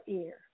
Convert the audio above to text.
ear